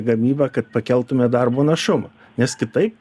gamybą kad pakeltume darbo našumą nes kitaip